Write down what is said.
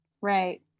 right